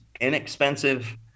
inexpensive